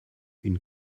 une